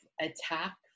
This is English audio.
attack